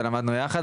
ולמדנו יחד,